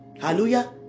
Hallelujah